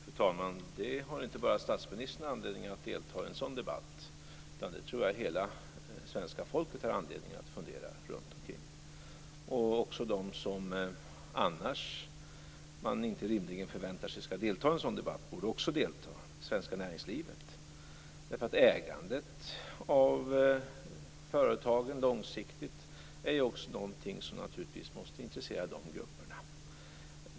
Fru talman! I en sådan debatt har inte bara statsministern anledning att delta. Det tror jag hela svenska folket har anledning att fundera kring. Även de som man annars inte rimligen förväntar sig skall delta i en sådan debatt borde delta, nämligen svenska näringslivet. Ett långsiktigt ägande av företagen är naturligtvis någonting som också måste intressera de grupperna.